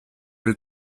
will